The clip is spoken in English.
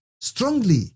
strongly